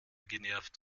genervt